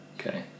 Okay